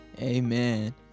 Amen